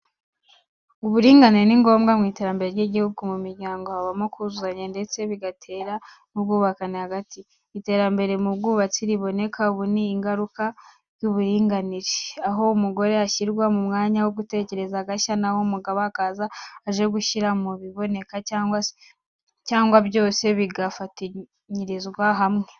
Uburinganire ni ngombwa mu iterambere ry’igihugu, mu miryango habamo kuzuzanya ndetse bigatera n’ubwubahane hagati mu bantu. Iterambere mu bwubatsi riboneka ubu ni ingaruka ry’uburinganire, aho umugore ashyirwa mu mwanya wo gutekereza agashya na ho umugabo akaza aje gushyira mu biboneka cyangwa byose bigafatanyirizwa hamwe.